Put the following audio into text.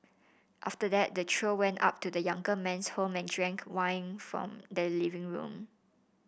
after that the trio went up to the younger man's home and drank wine from the living room